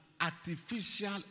artificial